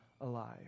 alive